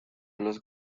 los